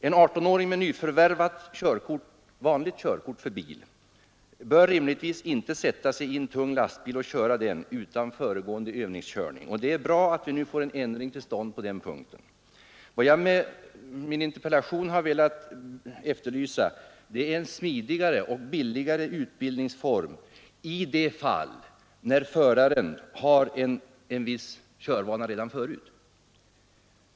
En artonåring med nyförvärvat vanligt körkort för bil bör rimligtvis inte köra en tung lastbil utan föregående övningskörning; det är bra att vi nu får en ändring till stånd på den punkten. Vad jag velat efterlysa med min interpellation är en smidigare och billigare utbildning i de fall när föraren har en viss körvana redan förut.